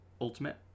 ultimate